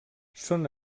són